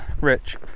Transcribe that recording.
Rich